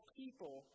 people